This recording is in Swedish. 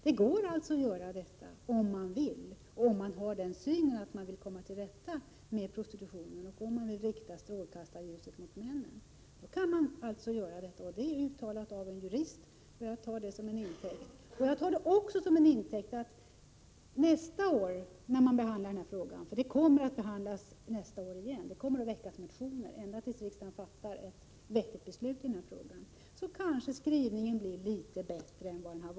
Det går alltså att lagstifta bara man vill och har inställningen att vilja komma till rätta med prostitutionen. Det gäller att också rikta strålkastarljuset på männens beteende. Detta uttalande från en jurist tar jag till intäkt för de möjligheter som finns att lagstifta på detta område. Det kommer att väckas motioner i den här frågan ända tills riksdagen fattar ett vettigt beslut i den. Nästa år kanske utskottsmajoritetens skrivning blir litet bättre än i år.